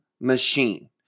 machine